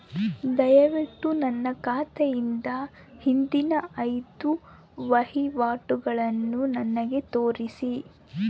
ದಯವಿಟ್ಟು ನನ್ನ ಖಾತೆಯಿಂದ ಹಿಂದಿನ ಐದು ವಹಿವಾಟುಗಳನ್ನು ನನಗೆ ತೋರಿಸಿ